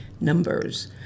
numbers